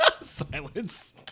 Silence